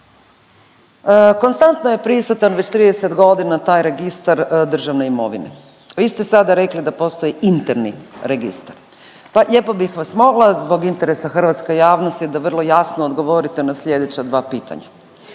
konstantno je prisutan već 30 godina taj Registar državne imovine. Vi ste sada rekli da postoji interni registar, pa lijepo bih vas molila zbog interesa hrvatske javnosti da vrlo jasno odgovorite na slijedeća dva pitanja.